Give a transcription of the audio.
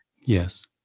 yes